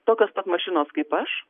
tokios pat mašinos kaip aš